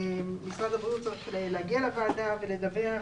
משרד הבריאות צריך להגיע לוועדה ולדווח,